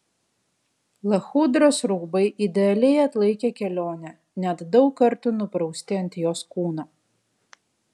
lachudros rūbai idealiai atlaikė kelionę net daug kartų nuprausti ant jos kūno